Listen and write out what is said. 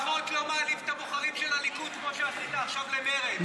אני לפחות לא מעליב את הבוחרים של הליכוד כמו שעשית עכשיו למרצ.